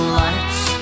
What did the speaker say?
lights